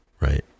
right